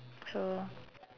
so